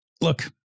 Look